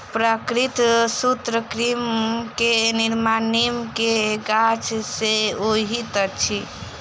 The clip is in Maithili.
प्राकृतिक सूत्रकृमि के निर्माण नीम के गाछ से होइत अछि